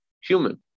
human